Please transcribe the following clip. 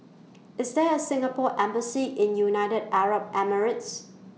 IS There A Singapore Embassy in United Arab Emirates